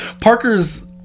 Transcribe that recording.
Parker's